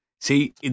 See